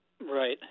Right